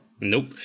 Nope